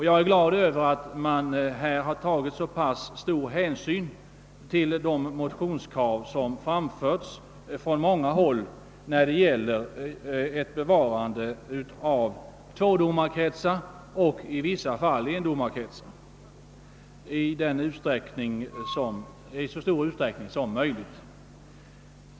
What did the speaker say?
Jag är glad för att man har tagit så stor hänsyn till de motionskrav som framförts från många håll när det gäller ett bevarande av tvådomarkretsarna och i vissa fall av endomarkretsarna.